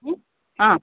ಹ್ಞೂ ಹಾಂ